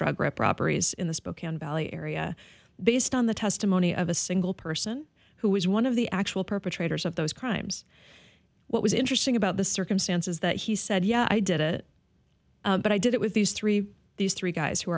drug rep robberies in the spokane valley area based on the testimony of a single person who was one of the actual perpetrators of those crimes what was interesting about the circumstances that he said yeah i did it but i did it with these three these three guys who